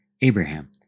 Abraham